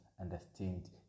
understand